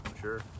Sure